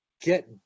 get